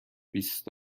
بیست